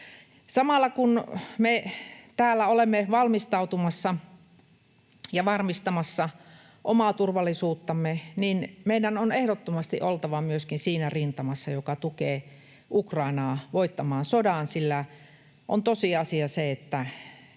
Samalla, kun me täällä olemme valmistautumassa ja varmistamassa omaa turvallisuuttamme, meidän on ehdottomasti oltava myöskin siinä rintamassa, joka tukee Ukrainaa voittamaan sodan, sillä on tosiasia se, että